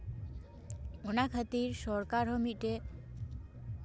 ᱚᱱᱟ ᱠᱷᱟᱹᱛᱤᱨ ᱥᱚᱨᱠᱟᱨ ᱦᱚᱸ ᱢᱤᱫᱴᱮᱡ